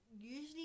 usually